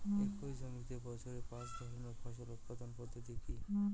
একই জমিতে বছরে পাঁচ ধরনের ফসল উৎপাদন পদ্ধতি কী?